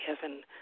heaven